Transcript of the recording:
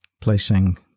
placing